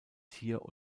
tier